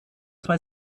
zwei